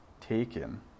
taken